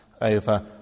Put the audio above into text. over